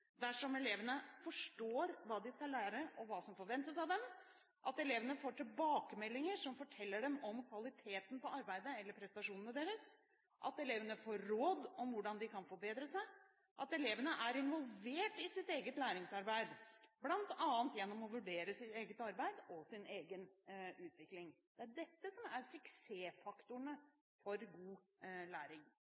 dersom elevene forstår hva de skal lære, og hva som forventes av dem får tilbakemeldinger som forteller dem om kvaliteten på arbeidet eller prestasjonene deres får råd om hvordan de kan forbedre seg er involvert i sitt eget læringsarbeid, bl.a. gjennom å vurdere sitt eget arbeid og sin egen utvikling Det er dette som er suksessfaktorene for god læring.